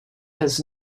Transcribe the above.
has